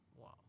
Wow